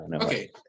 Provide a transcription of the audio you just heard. Okay